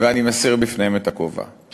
ואני מסיר את הכובע בפניהם.